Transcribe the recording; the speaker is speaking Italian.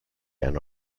hanno